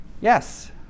yes